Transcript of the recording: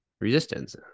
resistance